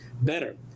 better